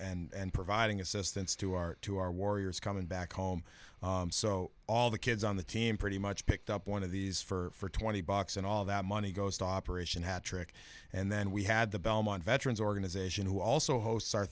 organization and providing assistance to our to our warriors coming back home so all the kids on the team pretty much picked up one of these for twenty bucks and all that money goes to operation hattrick and then we had the belmont veterans organization who also hosts